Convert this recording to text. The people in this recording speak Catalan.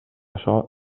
açò